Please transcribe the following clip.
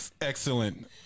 Excellent